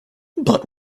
but